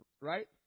Right